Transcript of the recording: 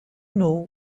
know